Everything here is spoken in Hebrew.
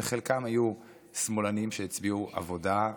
וחלקם היו שמאלנים שהצביעו עבודה,